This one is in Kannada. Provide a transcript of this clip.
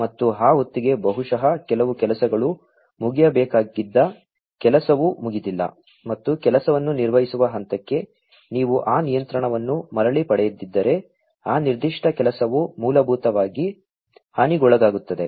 ಮತ್ತು ಆ ಹೊತ್ತಿಗೆ ಬಹುಶಃ ಕೆಲವು ಕೆಲಸಗಳು ಮುಗಿಯಬೇಕಾಗಿದ್ದ ಕೆಲಸವು ಮುಗಿದಿಲ್ಲ ಮತ್ತು ಕೆಲಸವನ್ನು ನಿರ್ವಹಿಸುವ ಹಂತಕ್ಕೆ ನೀವು ಆ ನಿಯಂತ್ರಣವನ್ನು ಮರಳಿ ಪಡೆಯದಿದ್ದರೆ ಆ ನಿರ್ದಿಷ್ಟ ಕೆಲಸವು ಮೂಲಭೂತವಾಗಿ ಹಾನಿಗೊಳಗಾಗುತ್ತದೆ